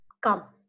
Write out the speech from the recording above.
come